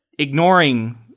ignoring